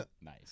Nice